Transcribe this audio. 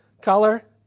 Color